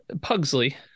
Pugsley